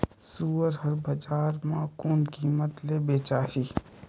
सुअर हर बजार मां कोन कीमत ले बेचाही?